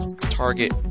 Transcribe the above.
Target